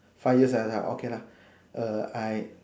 five years under ah okay lah err I